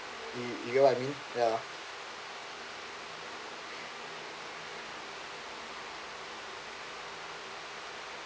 you you know what I mean